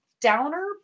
downer